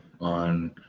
on